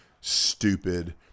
stupid